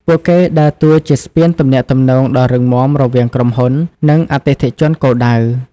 ពួកគេដើរតួជាស្ពានទំនាក់ទំនងដ៏រឹងមាំរវាងក្រុមហ៊ុន និងអតិថិជនគោលដៅ។